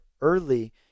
early